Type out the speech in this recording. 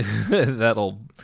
that'll